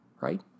right